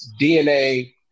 DNA